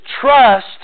trust